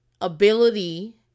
ability